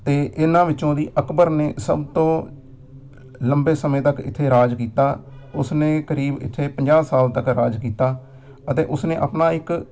ਅਤੇ ਇਹਨਾਂ ਵਿੱਚੋਂ ਦੀ ਅਕਬਰ ਨੇ ਸਭ ਤੋਂ ਲੰਬੇ ਸਮੇਂ ਤੱਕ ਇੱਥੇ ਰਾਜ ਕੀਤਾ ਉਸਨੇ ਕਰੀਬ ਇੱਥੇ ਪੰਜਾਹ ਸਾਲ ਤੱਕ ਰਾਜ ਕੀਤਾ ਅਤੇ ਉਸਨੇ ਆਪਣਾ ਇੱਕ